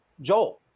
joel